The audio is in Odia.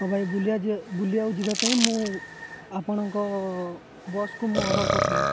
ହଁ ଭାଇ ବୁଲିିବା ବୁଲିିବାକୁ ଯିବା ପାଇଁ ମୁଁ ଆପଣଙ୍କ ବସ୍କୁ ମୁଁ ଅର୍ଡ଼ର କରିଥିଲି